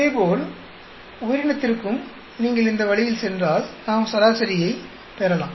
இதேபோல் உயிரினத்திற்கும் நீங்கள் இந்த வழியில் சென்றால் நாம் சராசரியைப் பெறலாம்